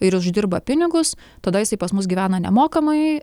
ir uždirba pinigus tada jisai pas mus gyvena nemokamai